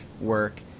work